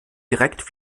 direkt